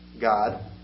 God